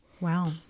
Wow